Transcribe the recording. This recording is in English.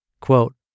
Quote